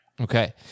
Okay